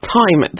time